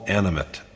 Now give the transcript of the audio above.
animate